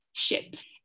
ships